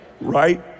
Right